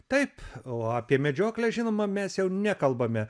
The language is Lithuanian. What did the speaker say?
taip o apie medžioklę žinoma mes jau nekalbame